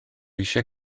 eisiau